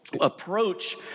approach